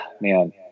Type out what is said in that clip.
man